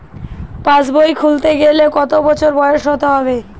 পাশবই খুলতে গেলে কত বছর বয়স হতে হবে?